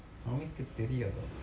சமைக்க தெரியாதா:samaikka theriyaathaa